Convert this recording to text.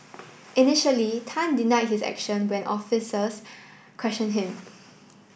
initially Tan denied his action when officers question him